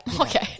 okay